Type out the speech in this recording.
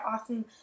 awesome